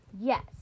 yes